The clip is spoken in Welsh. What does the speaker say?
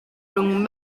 rhwng